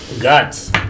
Guts